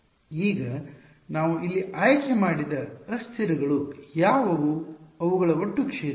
ಈಗ ನಾವು ಇಲ್ಲಿ ಆಯ್ಕೆ ಮಾಡಿದ ಅಸ್ಥಿರಗಳು ಯಾವುವು ಅವು ಗಳ ಒಟ್ಟು ಕ್ಷೇತ್ರ